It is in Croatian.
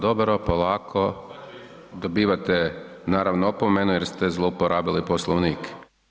Dobro, polako, dobivate naravno opomene jer ste zlouporabili Poslovnik.